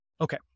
Okay